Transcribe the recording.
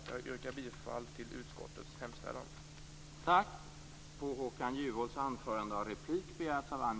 Jag yrkar bifall till utskottets hemställan.